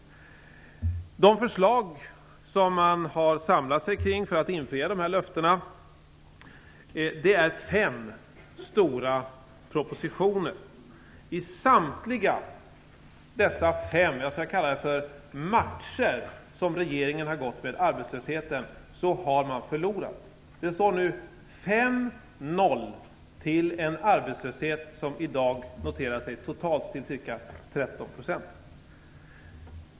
De förslag man har samlat sig kring för att infria dessa löften är fem stora propositioner. I samtliga dessa fem matcher som regeringen gått mot arbetslösheten har man förlorat. Det står nu fem-noll till den arbetslöshet som i dag noteras till totalt ca 13 %.